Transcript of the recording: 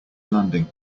landing